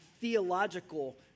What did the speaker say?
theological